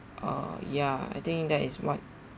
uh ya I think that is what